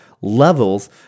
levels